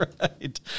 right